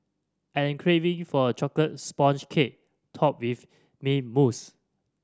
I am craving for a chocolate sponge cake topped with mint mousse